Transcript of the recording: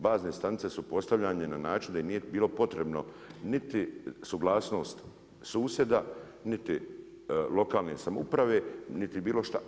Bazne stanice su postavljane na način da ih nije bilo potrebno niti suglasnost susjeda niti lokalne samouprave, niti bilo šta.